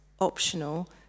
optional